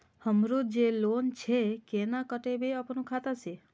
हमरो जे लोन छे केना कटेबे अपनो खाता से?